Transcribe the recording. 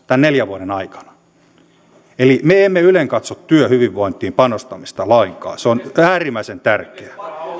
tämän neljän vuoden aikana me emme ylenkatso työhyvinvointiin panostamista lainkaan se on äärimmäisen tärkeää